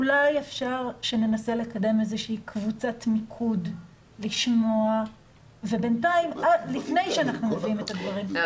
אולי ננסה לקדם קבוצת מיקוד לשמוע אותם לפני שאנחנו מביאים את הדברים,